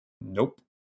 Nope